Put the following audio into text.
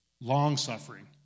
Long-suffering